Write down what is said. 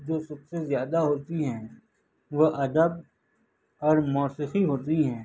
جوسب سے زیادہ ہوتی ہیں وہ ادب اور موسیقی ہوتی ہیں